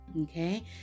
okay